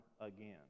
again